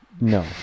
No